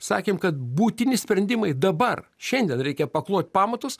sakėm kad būtini sprendimai dabar šiandien reikia paklot pamatus